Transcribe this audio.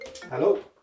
Hello